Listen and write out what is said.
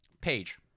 page